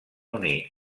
unir